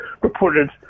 reported